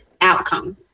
outcome